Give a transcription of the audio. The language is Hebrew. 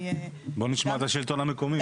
בואו נשמע את השלטון המקומי.